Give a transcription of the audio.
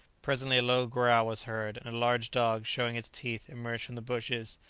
presently a low growl was heard, and a large dog, showing his teeth, emerged from the bushes,